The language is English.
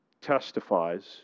testifies